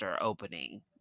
opening